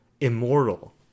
immortal